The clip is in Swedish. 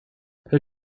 hur